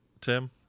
Tim